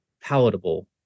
palatable